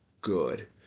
good